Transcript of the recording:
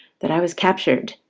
that i was captured,